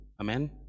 Amen